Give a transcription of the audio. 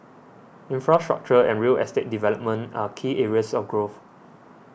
infrastructure and real estate development are key areas of growth